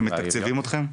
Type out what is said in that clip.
הם מתקצבים אתכם?